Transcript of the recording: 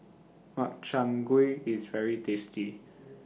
Makchang Gui IS very tasty